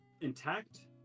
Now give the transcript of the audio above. intact